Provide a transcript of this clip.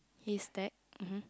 he's there (mm hmm)